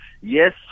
Yes